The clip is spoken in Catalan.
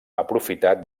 aprofitat